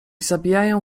zabijają